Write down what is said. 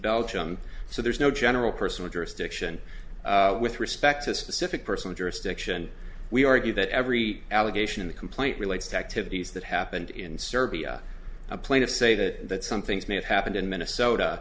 belgium so there is no general personal jurisdiction with respect to specific personal jurisdiction we argue that every allegation in the complaint relates to activities that happened in serbia a plane of say that some things may have happened in minnesota